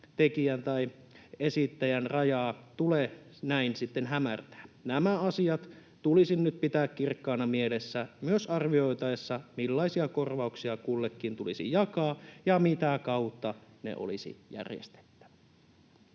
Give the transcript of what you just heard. tekijän tai esittäjän rajaa tule näin sitten hämärtää. Nämä asiat tulisi nyt pitää kirkkaana mielessä myös arvioitaessa, millaisia korvauksia kullekin tulisi jakaa ja mitä kautta ne olisi järjestettävä.